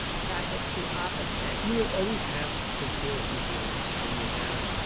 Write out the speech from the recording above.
in fact, it's the opposite. you will always have conspiracy theories when you have